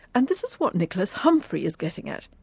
and this is what nicholas humphrey is getting at.